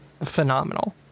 phenomenal